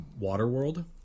Waterworld